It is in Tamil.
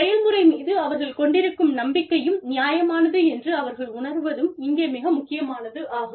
செயல்முறை மீது அவர்கள் கொண்டிருக்கும் நம்பிக்கையும் நியாயமானது என்று அவர்கள் உணர்வதும் இங்கே மிக முக்கியமானதாகும்